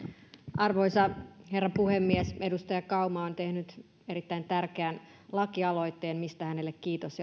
arvoisa herra puhemies edustaja kauma on tehnyt erittäin tärkeän lakialoitteen mistä hänelle kiitos